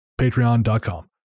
patreon.com